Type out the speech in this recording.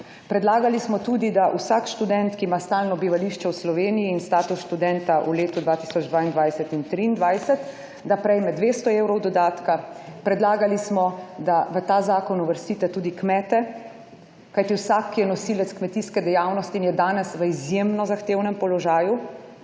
Predlagali smo tudi, da vsak študent, ki ima stalno bivališče v Sloveniji in status študenta v letu 2022 in 2023, da prejme 200 evrov dodatka. Predlagali smo, da v ta zakon uvrstite tudi kmete. Kajti, vsak, ki je nosilec kmetijske dejavnosti in je danes v izjemno zahtevnem položaju,